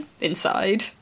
inside